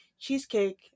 cheesecake